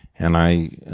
and i